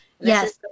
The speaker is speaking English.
Yes